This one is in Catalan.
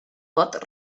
pot